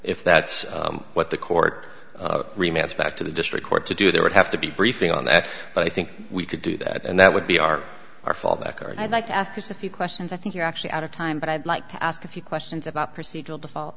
if that's what the court removes back to the district court to do that would have to be briefing on that but i think we could do that and that would be our our fallback or and i'd like to ask this of few questions i think you're actually out of time but i'd like to ask a few questions about procedural default